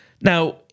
Now